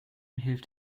hilft